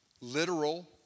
literal